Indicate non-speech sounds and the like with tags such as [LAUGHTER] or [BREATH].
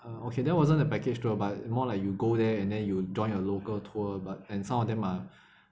uh okay that wasn't a package tour but more like you go there and then you join a local tour but and some of them are [BREATH]